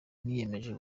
niyemeje